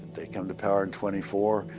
they come to power twenty four.